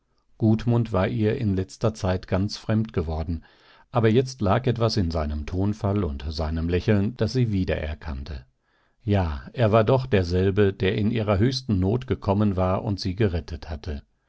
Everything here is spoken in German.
ging gudmund war ihr in letzter zeit ganz fremd geworden aber jetzt lag etwas in seinem tonfall und seinem lächeln das sie wiedererkannte ja er war doch derselbe der in ihrer höchsten not gekommen war und sie gerettet hatte